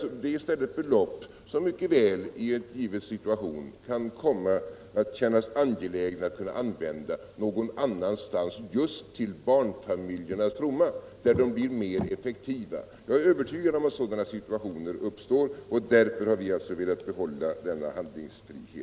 Det är i stället belopp som det mycket väl i en given situation kan komma att kännas mera angeläget att använda till någonting annat just till barnfamiljernas fromma och där de beloppen också kan bli mer effektiva. Jag är övertygad om att sådana situationer uppstår, och det är därför som vi har velat behålla denna handlingsfrihet.